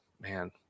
man